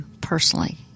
personally